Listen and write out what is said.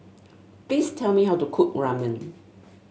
please tell me how to cook Ramen